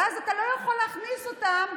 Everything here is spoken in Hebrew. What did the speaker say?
ואז אתה לא יכול להכניס אותם,